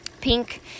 Pink